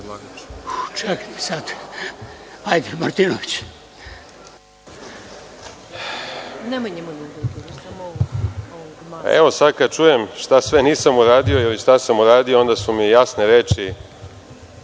Evo, sada kad čujem šta sve nisam uradio i šta sam uradio onda su mi jasne reči